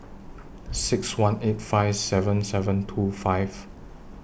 six one eight five seven seven two five